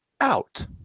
out